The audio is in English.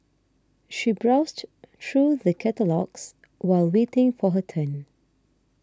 she browsed through the catalogues while waiting for her turn